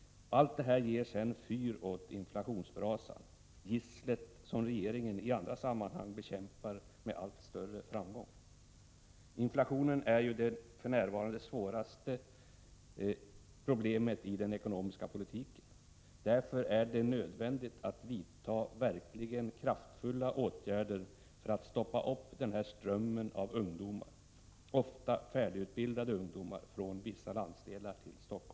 Allt detta ger sedan fyr åt inflationsbrasan, gisslet som regeringen i andra sammanhang bekämpar med allt större framgång. Inflationen är ju för närvarande det svåraste problemet i den ekonomiska politiken. Därför är det nödvändigt att vidta verkligt kraftfulla åtgärder för att stoppa den här strömmen av ungdomar, ofta färdigutbildade ungdomar, från vissa landsdelar till Helsingfors.